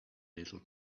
little